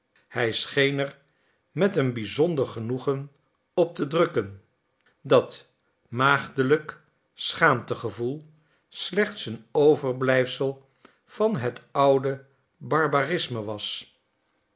hij scheen er met een bizonder genoegen op te drukken dat maagdelijk schaamtegevoel slechts een overblijfsel van het oude barbarisme was